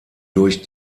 durch